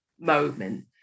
moment